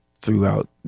throughout